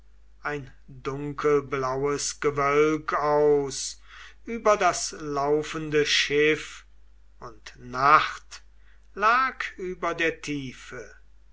ein dunkelblaues gewölk aus über das laufende schiff und nacht lag über der tiefe